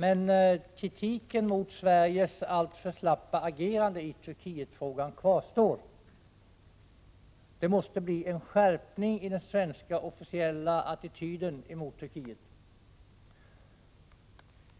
Men kritiken mot Sveriges alltför slappa agerande i Turkietfrågan kvarstår. Det måste bli en skärpning i den svenska officiella attityden gentemot Turkiet.